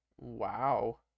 wow